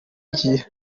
ngiyo